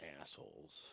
assholes